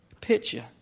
picture